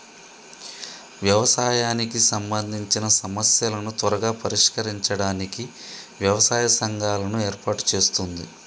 వ్యవసాయానికి సంబందిచిన సమస్యలను త్వరగా పరిష్కరించడానికి వ్యవసాయ సంఘాలను ఏర్పాటు చేస్తుంది